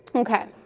okay.